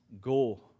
go